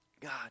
God